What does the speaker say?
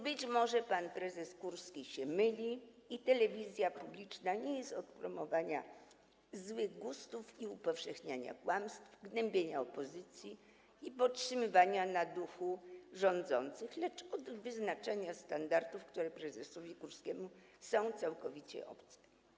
Być może więc pan prezes Kurski się myli i telewizja publiczna nie jest od promowania złych gustów i upowszechniania kłamstw, gnębienia opozycji i podtrzymywania na duchu rządzących, lecz od wyznaczania standardów, które prezesowi Kurskiemu są całkowicie obce.